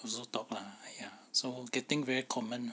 also talk lah ya so getting very common